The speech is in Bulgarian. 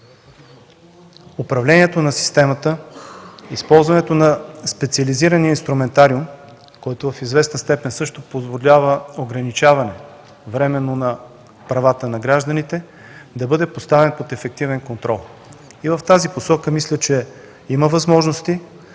управлението на системата, използването на специализирания инструментариум, който в известна степен също позволява временно ограничаване правата на гражданите, да бъде поставен под ефективен контрол. В тази посока мисля, че има възможности,